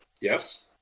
yes